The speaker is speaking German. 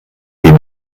dem